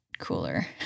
cooler